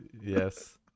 yes